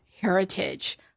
heritage